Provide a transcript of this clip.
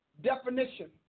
definition